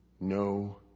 no